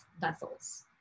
vessels